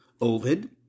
Ovid